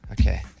Okay